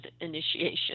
initiation